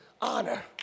honor